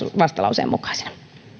vastalauseen mukaisina